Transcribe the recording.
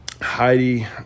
heidi